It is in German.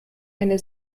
eine